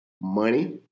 money